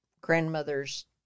grandmother's